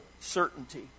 certainty